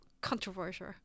controversial